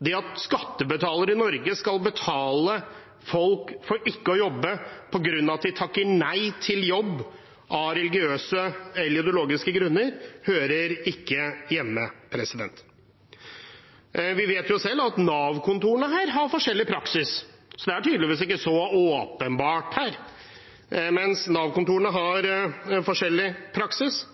Det at skattebetalere i Norge skal betale folk for ikke å jobbe på grunn av at de har takket nei til jobb av religiøse eller ideologiske grunner, hører ikke hjemme. Vi vet at selv Nav-kontorene har forskjellig praksis, så det er tydeligvis ikke så åpenbart her. Ja, Nav-kontorene har forskjellig praksis,